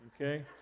Okay